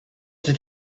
that